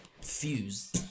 fuse